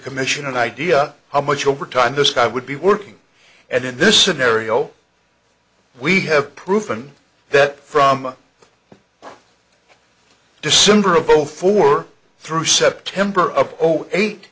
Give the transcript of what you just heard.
commission an idea how much overtime this guy would be working and in this scenario we have proven that from december of zero four through september of zero eight